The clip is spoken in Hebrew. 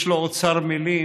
יש לו אוצר מילים,